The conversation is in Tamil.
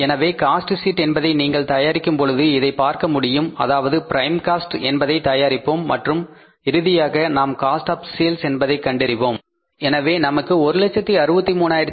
எனவே காஸ்ட் ஷீட் என்பதை நீங்கள் தயாரிக்கும் பொழுது இதைப் பார்க்க முடியும் அதாவது ப்ரைம் காஸ்ட் என்பதை தயாரிப்போம் மற்றும் இறுதியாக நாம் காஸ்ட் ஆப் சேல்ஸ் என்பதைக் கண்டறிவோம் எனவே நமக்கு தொகை கிடைத்துவிட்டது